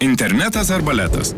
internetas ar baletas